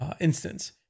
instance